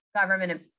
government